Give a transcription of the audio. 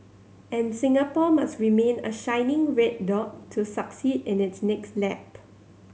and Singapore must remain a shining red dot to succeed in its next lap